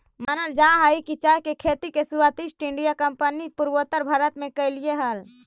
मानल जा हई कि चाय के खेती के शुरुआत ईस्ट इंडिया कंपनी पूर्वोत्तर भारत में कयलई हल